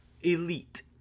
elite